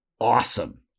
awesome